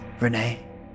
Renee